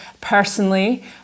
personally